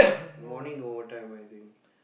morning overtime I think